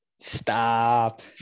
Stop